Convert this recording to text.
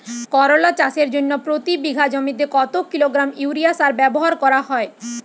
করলা চাষের জন্য প্রতি বিঘা জমিতে কত কিলোগ্রাম ইউরিয়া সার ব্যবহার করা হয়?